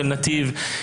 של נתיב,